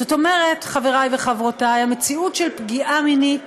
זאת אומרת, חברי וחברותי, המציאות של פגיעה מינית